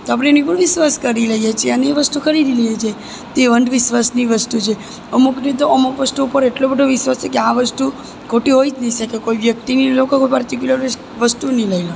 તો આપણે એની પર વિશ્વાસ કરી લઈએ છીએ અને એ વસ્તુ ખરીદી લઈએ છીએ તે અંધવિશ્વાસની વસ્તુ છે અમુકની તો અમુક વસ્તુ પર એટલો બધો વિશ્વાસ છે કે આ વસ્તુ ખોટી હોય જ નહીં શકે કોઈ વ્યક્તિની લો કે કોઈ પર્ટીક્યુલર વસ્તુની લઈ લો